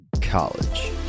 college